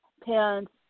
parents